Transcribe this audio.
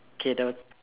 the